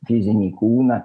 fizinį kūną